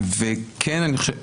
וכן אני חושב,